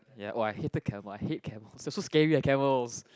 ya !wow! I hated camel I hate camels they are so scary eh camels